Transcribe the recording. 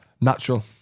Natural